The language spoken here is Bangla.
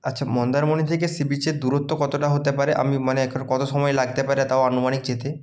আচ্ছা মন্দারমণি থেকে সি বিচের দূরত্ব কতটা হতে পারে আমি মানে এখানে কত সমায় লাগতে পারে তাও আনুমানিক যেতে